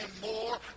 more